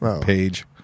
page